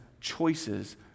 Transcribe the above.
choices